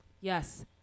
Yes